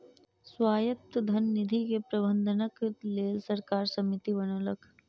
स्वायत्त धन निधि के प्रबंधनक लेल सरकार समिति बनौलक